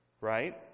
Right